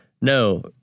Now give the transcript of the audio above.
no